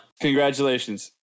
Congratulations